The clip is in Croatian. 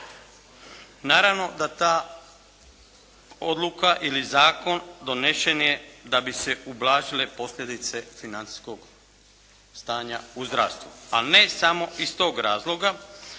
Naravno da ta odluka ili zakon donesen je da bi se ublažile posljedice financijskog stanja u zdravstvu. A ne samo iz tog razloga.